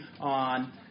on